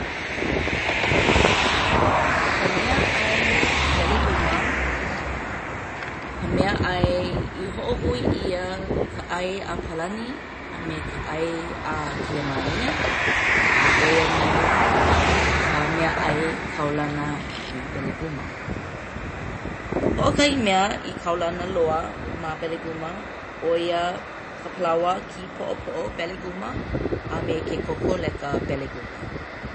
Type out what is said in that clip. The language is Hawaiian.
ʻO ka meaʻai Belegiuma ka meaʻai i hoʻohui ʻia ka ʻai a Palani a me ka ʻai a Kelemānia a ʻo ia nō ka meaʻai kaulana i Belegiuma. Hoʻokahi mea i kaulana loa ma Belegiuma ʻo ia ka palaoa kīpoʻopoʻo Belegiuma a me ke kokoleka Belegiuma.